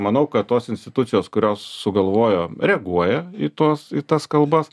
manau kad tos institucijos kurios sugalvojo reaguoja į tuos į tas kalbas